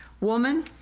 Woman